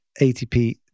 ATP